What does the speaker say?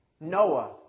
Noah